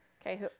Okay